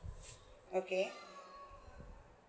okay